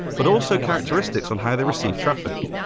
but also characteristics on how they receive traffic.